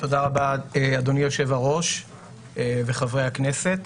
תודה רבה, אדוני היושב-ראש וחברי הכנסת,